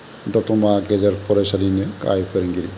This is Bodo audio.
दतमा गेजेर फरायसालिनि गाहाइ फोरोंगिरि